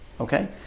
Okay